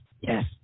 yes